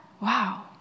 wow